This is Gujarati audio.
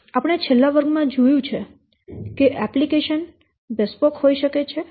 આપણે છેલ્લા વર્ગમાં જોયું છે કે એપ્લિકેશન બેસ્પોક હોઇ શકે છે